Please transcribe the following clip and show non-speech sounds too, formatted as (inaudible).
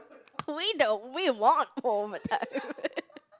we don't we want more (laughs)